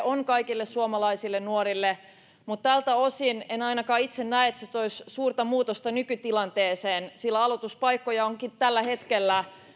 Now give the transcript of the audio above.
on kaikille suomalaisille nuorille mutta tältä osin en ainakaan itse näe että se toisi suurta muutosta nykytilanteeseen sillä aloituspaikkoja on tällä hetkellä